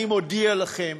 אני מודיע לכם,